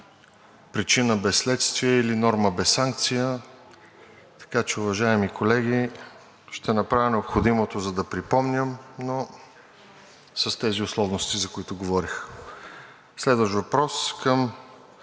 причина без следствие или норма без санкция, така че, уважаеми колеги, ще направя необходимото, за да припомням, но с тези условности, за които говорих. Следващ въпрос към